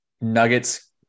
Nuggets